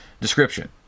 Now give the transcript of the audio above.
description